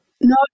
No